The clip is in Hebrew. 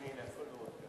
אדוני היושב-ראש,